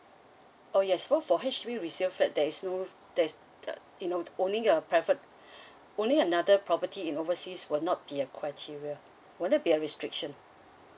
oh yes so for H_D_B resale flat there is no there's uh you know owning a private owning another property in overseas will not be a criteria will not be a restriction